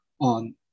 on